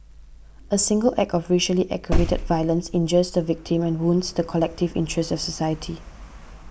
a single act of racially aggravated violence injures the victim and wounds the collective interests of society